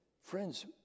Friends